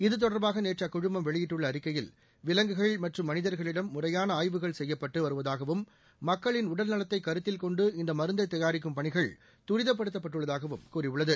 இது தொடர்பாக நேற்று அக்குழுமம் வெளியிட்டுள்ள அறிக்கையில் விலங்குகள் மற்றும் மனிதர்களிடம் முறையான ஆய்வுகள் செய்யப்பட்டு வருவதாகவும் மக்களின் உடல் நலத்தை கருத்தில் கொண்டு இந்த மருந்தை தயாரிக்கும் பணிகள் துரிதப்படுத்தப்பட்டுள்ளதாகவும் கூறியுள்ளது